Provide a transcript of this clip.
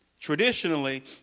Traditionally